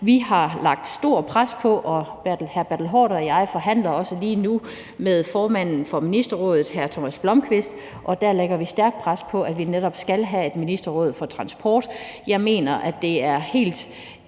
Vi har lagt stort pres på for at få det. Hr. Bertel Haarder og jeg forhandler også lige nu med formanden for Nordisk Ministerråd, hr. Thomas Blomqvist, og der lægger vi stærkt pres på, for at vi netop skal have et ministerråd for transport. Jeg mener, at det er helt